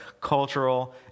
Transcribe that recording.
cultural